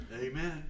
Amen